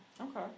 Okay